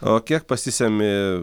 o kiek pasisemi